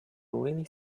really